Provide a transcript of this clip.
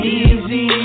easy